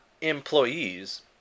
employees